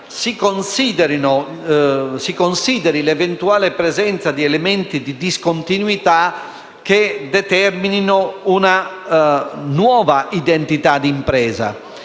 si consideri l'eventuale presenza di elementi di discontinuità che determinino una nuova identità di impresa.